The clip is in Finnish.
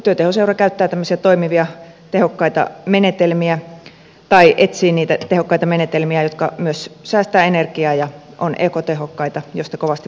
työtehoseura etsii toimivia tehokkaita menetelmiä jotka myös säästävät energiaa ja ovat ekotehokkaita mistä kovasti puhutaan